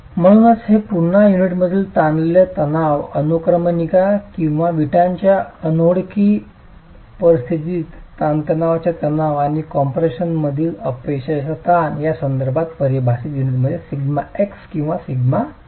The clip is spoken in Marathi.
म्हणूनच हे पुन्हा युनिटमधील ताणलेले तणाव अनुक्रमणिका किंवा वीटच्या अनोळखी परिस्थितीत ताणतणावाच्या तणाव आणि कम्प्रेशनमधील अपयशाचा ताण या संदर्भात परिभाषित युनिटमध्ये σx किंवा σy आहे